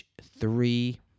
three